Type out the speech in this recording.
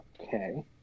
Okay